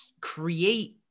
create